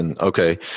Okay